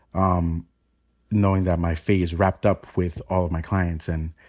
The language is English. um knowing that my fate is wrapped up with all of my clients. and